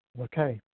Okay